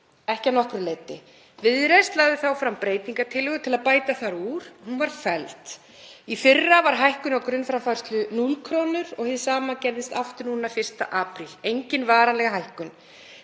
ekki að nokkru leyti. Viðreisn lagði þá fram breytingartillögu til að bæta þar úr. Hún var felld. Í fyrra var hækkun á grunnframfærslu 0 kr. Hið sama gerðist aftur 1. apríl; engin varanleg hækkun.